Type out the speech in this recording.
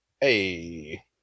hey